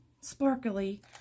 sparkly